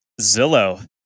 Zillow